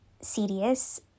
serious